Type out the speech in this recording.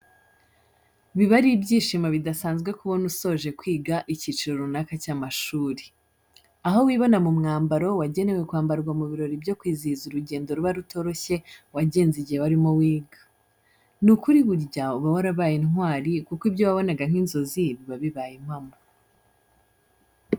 Biba ari ibyishimo bidasanzwe kubona usoje kwiga icyiciro runaka cy'amashuri, aho wibona mu mwambaro wagenewe kwambarwa mu birori byo kwizihiza urugendo ruba rutoroshye wagenze igihe warimo wiga, ni ukuri burya uba warabaye intwari kuko ibyo wabonaga nk'inzozi biba bibaye impamo.